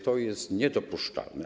To jest niedopuszczalne.